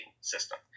system